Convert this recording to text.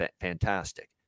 fantastic